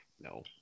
No